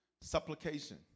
Supplication